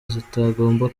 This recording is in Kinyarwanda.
zitagomba